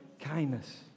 Kindness